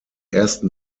ersten